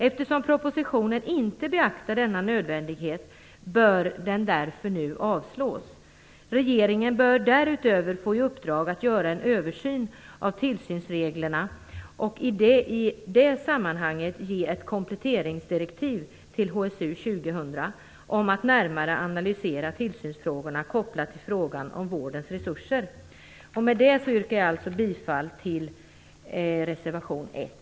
Eftersom denna nödvändighet inte beaktas i propositionen bör propositionen avslås. Regeringen bör därutöver få i uppdrag att göra en översyn av tillsynsreglerna och i det sammanhanget ge ett kompletteringsdirektiv till HSU 2000 om att närmare analysera tillsynsfrågorna kopplade till frågan om vårdens resurser. Med det yrkar jag bifall till reservation 1.